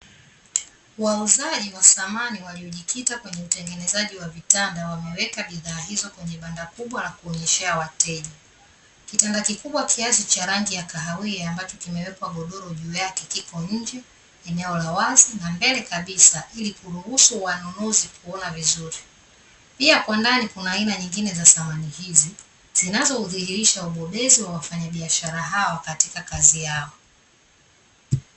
Wauzaji wa samani waliojikita kwenye utengenezaji wa vitanda wameweka bidhaa hizo kwenye banda kubwa la kuonyeshea wateja. Kitanda kikubwa kiasi cha rangi ya kahawia ambacho kimewekwa godoro juu yake kiko nje, eneo la wazi na mbele kabisa ili kuruhuhusu wanunuzi kuona vizuri. Pia kwa ndani kuna aina nyjngine za samani hizi, zinazoudhihirisha ubobezi wa wafanyabiashara hawa katika kazi yao.